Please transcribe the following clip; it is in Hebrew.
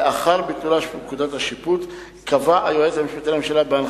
לאחר ביטולה של פקודת השיפוט קבע היועץ המשפטי לממשלה,